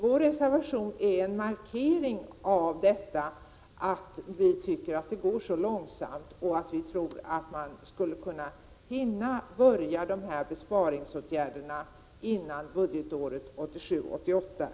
Vår reservation är en markering av att vi tycker att det går för långsamt. Vi tror att man skulle kunna hinna börja vidta dessa besparingsåtgärder innan budgetåret 1987/88 är över.